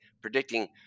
predicting